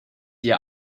ihr